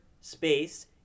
space